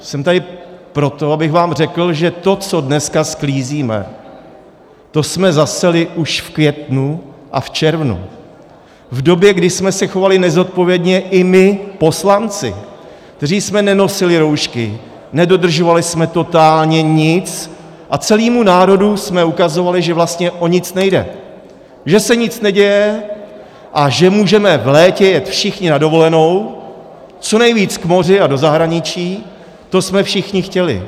Jsem tady proto, abych vám řekl, že to, co dneska sklízíme, to jsme zaseli už v květnu a v červnu, v době, kdy jsme se chovali nezodpovědně i my poslanci, kteří jsme nenosili roušky, nedodržovali jsme totálně nic a celému národu jsme ukazovali, že vlastně o nic nejde, že se nic neděje a že můžeme v létě jet všichni na dovolenou, co nejvíc k moři a do zahraničí, to jsme všichni chtěli.